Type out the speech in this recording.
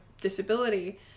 disability